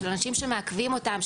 של אנשים שמעכבים אותם,